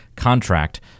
contract